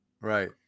Right